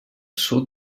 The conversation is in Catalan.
sud